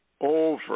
Over